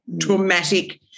traumatic